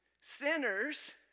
sinners